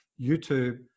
YouTube